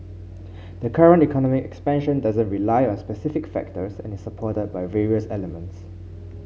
the current economic expansion doesn't rely on specific factors and is supported by various elements